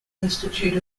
institute